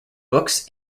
books